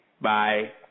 Bye